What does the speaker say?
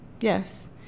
yes